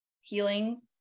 healing